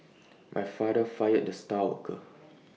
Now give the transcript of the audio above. my father fired the star worker